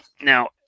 Now